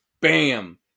bam